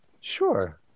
Sure